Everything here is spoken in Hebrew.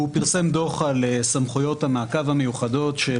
פרסם דוח על סמכויות המעקב המיוחדות של